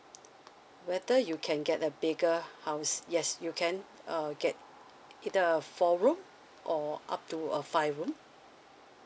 whether you can get a bigger house yes you can uh get uh four room or up to a five room